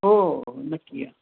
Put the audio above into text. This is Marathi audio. हो नक्की या